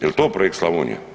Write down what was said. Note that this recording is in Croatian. Jel to projekt Slavonija?